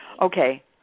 Okay